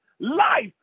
Life